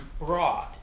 broad